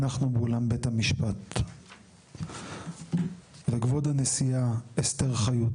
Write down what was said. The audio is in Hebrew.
אנחנו באולם בית המשפט וכבוד הנשיאה אסתר חיות